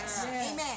amen